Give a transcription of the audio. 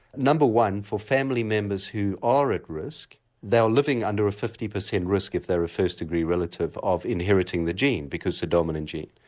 number one, for family members who are at risk they are living under a fifty percent risk, if they are a first degree relative, of inheriting the gene because it's a dominant gene.